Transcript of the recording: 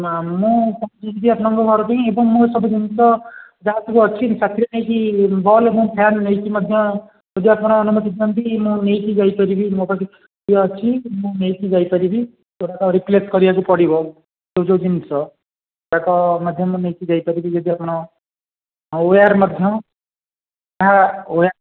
ନା ମୁଁ ଯିବି ଆପଣଙ୍କ ଘର ଠେଇଁ ଏବଂ ମୋର ସବୁ ଜିନିଷ ଯାହା ସବୁ ଅଛି ସାଥିରେ ନେଇକି ବଲ୍ ମୁଁ ଫ୍ୟାନ୍ ନେଇକି ମଧ୍ୟ ଯଦି ଆପଣ ଅନୁମତି ଦିଅନ୍ତି ମୁଁ ନେଇକି ଯାଇ ପାରିବି ମୋ ପାଖରେ କିଛି ଅଛି ମୁଁ ନେଇକି ଯାଇ ପାରିବି ସେଗୁଡ଼ିକ ରିପ୍ଲେସ୍ କରିବାକୁ ପଡ଼ିବ ଯେଉଁ ଯେଉଁ ଜିନିଷ ତା'କୁ ମଧ୍ୟ ମୁଁ ନେଇକି ଯାଇ ପାରିବି ଯଦି ଆପଣ ଆଉ ୱେୟାର୍ ମଧ୍ୟ ତା ୱେୟାର୍